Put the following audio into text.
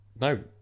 No